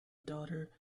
daughter